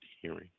hearing